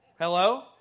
Hello